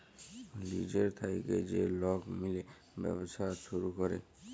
লিজের থ্যাইকে যে লক মিলে ব্যবছা ছুরু ক্যরে